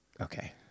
Okay